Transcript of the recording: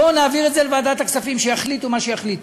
בואו נעביר את זה לוועדת הכספים שיחליטו מה שיחליטו.